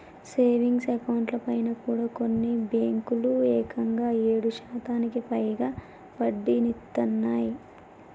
savings అకౌంట్లపైన కూడా కొన్ని బ్యేంకులు ఏకంగా ఏడు శాతానికి పైగా వడ్డీనిత్తన్నయ్